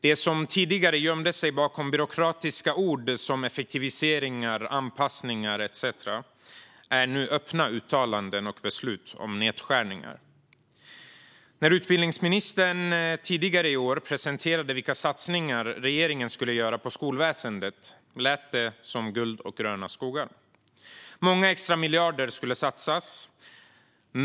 Det som tidigare gömde sig bakom byråkratiska ord, till exempel effektiviseringar och anpassningar, är nu öppna uttalanden och beslut om nedskärningar. När utbildningsministern tidigare i år presenterade vilka satsningar regeringen skulle göra på skolväsendet lät det som guld och gröna skogar. Många extramiljarder skulle satsas.